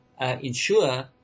ensure